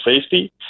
safety